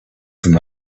from